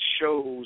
shows